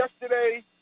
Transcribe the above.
yesterday